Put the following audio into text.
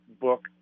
book